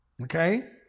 Okay